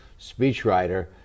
Speechwriter